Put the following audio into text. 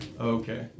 Okay